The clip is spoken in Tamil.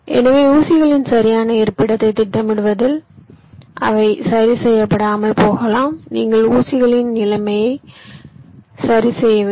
எனவே ஊசிகளின் சரியான இருப்பிடத்தை திட்டமிடுவதில் அவை சரி செய்யப்படாமல் போகலாம் நீங்கள் ஊசிகளின் நிலையை சரிசெய்ய வேண்டும்